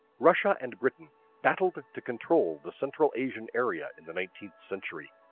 russia and britain battled to control the central asian area in the nineteenth century.